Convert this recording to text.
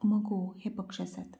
मगो हे पक्ष आसात